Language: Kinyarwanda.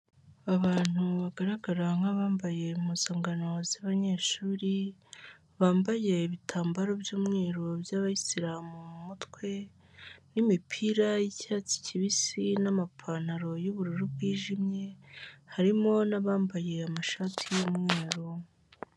Abantu bagaragara nk'abambaye impuzangano z'abanyeshuri, bambaye ibitambaro by'umweru by'abayisilamu mu mutwe, n'imipira y'icyatsi kibisi, n'amapantaro y'ubururu bwijimye, harimo n'abambaye amashati y'umweru.